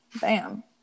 Bam